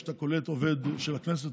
כשאתה קולט עובד של הכנסת,